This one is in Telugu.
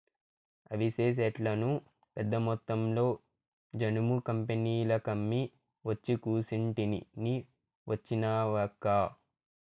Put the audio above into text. అవిసె సెట్లను పెద్దమొత్తంలో జనుము కంపెనీలకమ్మి ఒచ్చి కూసుంటిని నీ వచ్చినావక్కా